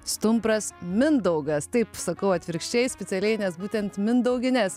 stumbras mindaugas taip sakau atvirkščiai specialiai nes būtent mindaugines